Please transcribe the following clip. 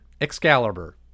Excalibur